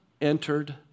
entered